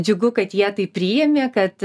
džiugu kad jie tai priėmė kad